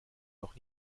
noch